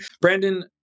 Brandon